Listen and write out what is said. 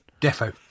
defo